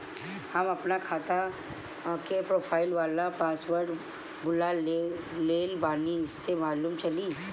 हम आपन खाता के प्रोफाइल वाला पासवर्ड भुला गेल बानी कइसे मालूम चली?